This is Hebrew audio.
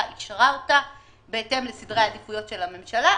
אישרה בהתאם לסדרי העדיפויות של הממשלה,